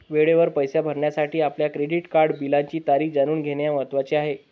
वेळेवर पैसे भरण्यासाठी आपल्या क्रेडिट कार्ड बिलाची तारीख जाणून घेणे महत्वाचे आहे